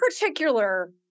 particular